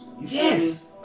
Yes